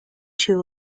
two